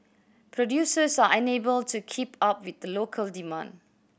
producers are unable to keep up with local demand